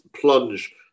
plunge